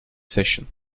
session